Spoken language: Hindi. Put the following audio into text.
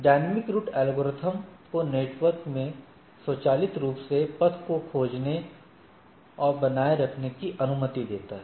डायनामिक रूट एल्गोरिदम राउटर को नेटवर्क में स्वचालित रूप से पथ को खोजने और बनाए रखने की अनुमति देता है